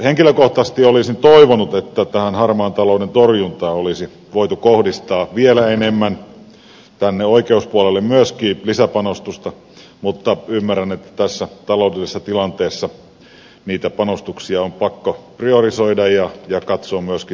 henkilökohtaisesti olisin toivonut että tähän harmaan talouden torjuntaan olisi voitu kohdistaa vielä enemmän myöskin tänne oikeuspuolelle lisäpanostusta mutta ymmärrän että tässä taloudellisessa tilanteessa niitä panostuksia on pakko priorisoida ja katsoa myöskin sen rahan perään